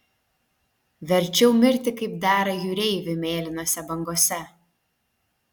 verčiau mirti kaip dera jūreiviui mėlynose bangose